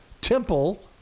temple